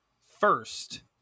first